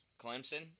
Clemson